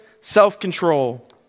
self-control